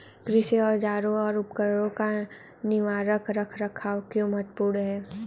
कृषि औजारों और उपकरणों का निवारक रख रखाव क्यों महत्वपूर्ण है?